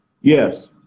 Yes